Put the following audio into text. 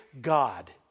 God